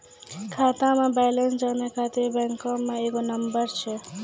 खाता के बैलेंस जानै ख़ातिर बैंक मे एगो नंबर छै?